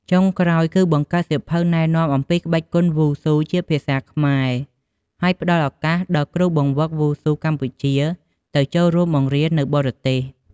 ចុងក្រោយគឺបង្កើតសៀវភៅណែនាំអំពីក្បាច់គុនវ៉ូស៊ូជាភាសាខ្មែរ ហើយផ្ដល់ឱកាសដល់គ្រូបង្វឹកវ៉ូស៊ូកម្ពុជាទៅចូលរួមបង្រៀននៅបរទេស។